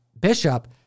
Bishop